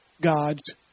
God's